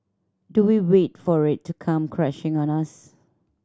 do we wait for it to come crashing on us